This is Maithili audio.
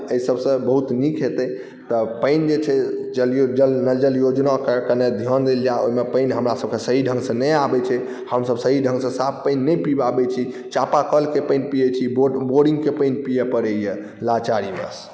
ताहि सभसँ बहुत नीक हेतै तऽ पानि जे छै नल जल योजनाके कनि ध्यान देल जाय ओहिमे पानि हमरा सभकेँ सही ढङ्गसँ नहि आबैत छै हमसभ सही ढङ्गसँ साफ पानि नहि पी पाबैत छी चापाकलके पानि पियैत छी बोरिंगके पानि पियऽ पड़ैए लाचारीवश